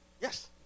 Yes